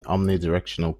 omnidirectional